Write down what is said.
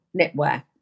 knitwear